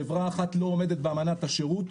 חברה אחת לא עומדת באמנת השירות,